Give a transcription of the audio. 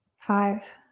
five,